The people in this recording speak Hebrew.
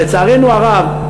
אבל לצערנו הרב,